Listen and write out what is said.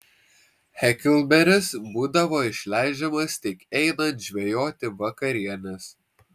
heklberis būdavo išleidžiamas tik einant žvejoti vakarienės